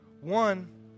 One